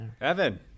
Evan